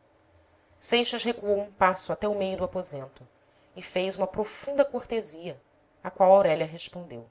razão seixas recuou um passo até o meio do aposento e fez uma profunda cortesia à qual aurélia respondeu